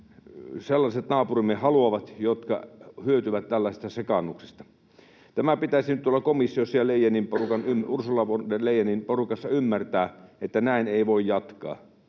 sellaiset naapurimme haluavat, jotka hyötyvät tällaisesta sekaannuksesta. Tämä pitäisi nyt tuolla komissiossa ja Ursula von der Leyenin porukassa ymmärtää, että näin ei voi jatkaa.